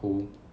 湖